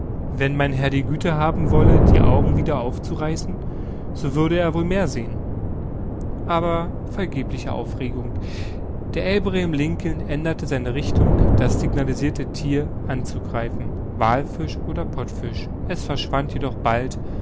wenn mein herr die güte haben wollte die augen weniger aufzureißen so würde er wohl mehr sehen aber vergebliche aufregung der abraham lincoln änderte seine richtung das signalisirte thier anzugreifen wallfisch oder pottfisch es verschwand jedoch bald